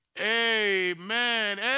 amen